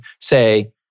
Say